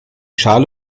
schale